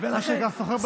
מה שנקרא סוחר בדקות.